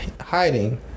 hiding